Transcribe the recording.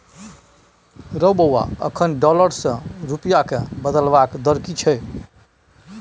रौ बौआ अखन डॉलर सँ रूपिया केँ बदलबाक दर की छै?